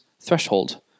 threshold